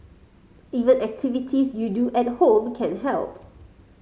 even activities you do at home can help